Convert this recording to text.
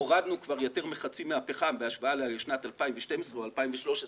הורדנו כבר יותר מחצי מהפחם בהשוואה לשנת 2012 או 2013,